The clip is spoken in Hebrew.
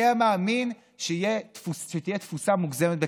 מי היה מאמין שתהיה תפוסה מוגזמת בקניונים?